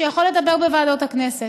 שיכול לדבר בוועדות הכנסת.